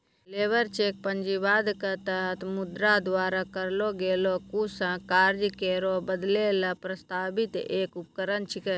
labour check पूंजीवाद क तहत मुद्रा द्वारा करलो गेलो कुछ कार्य केरो बदलै ल प्रस्तावित एक उपकरण छिकै